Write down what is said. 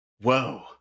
whoa